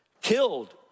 killed